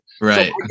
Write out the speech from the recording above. Right